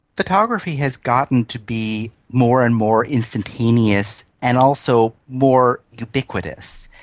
photography has gotten to be more and more instantaneous and also more ubiquitous.